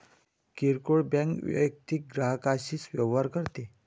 किरकोळ बँक वैयक्तिक ग्राहकांशी व्यवहार करते